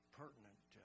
pertinent